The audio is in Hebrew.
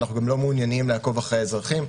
ואנחנו גם לא מעוניינים לעקוב אחרי האזרחים.